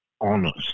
honest